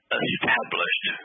established